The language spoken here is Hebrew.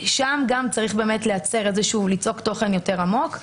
צריך ליצוק לשם תוכן יותר עמוק.